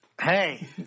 Hey